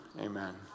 amen